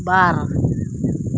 ᱵᱟᱨ